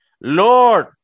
Lord